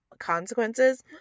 consequences